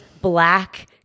black